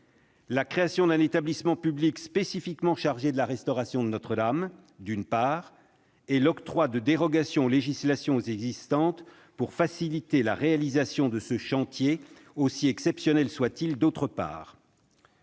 la création d'un établissement public spécifiquement chargé de la restauration de Notre-Dame, d'une part, et l'octroi de dérogations aux législations existantes pour faciliter la réalisation de ce chantier, aussi exceptionnel soit-il, d'autre part.